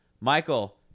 Michael